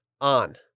on